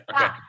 okay